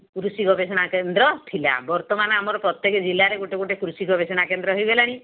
କୃଷି ଗବେଷଣା କେନ୍ଦ୍ର ଥିଲା ବର୍ତ୍ତମାନ ଆମର ପ୍ରତ୍ୟେକ ଜିଲ୍ଲାରେ ଗୋଟେ ଗୋଟେ କୃଷି ଗବେଷଣା କେନ୍ଦ୍ର ହୋଇଗଲାଣି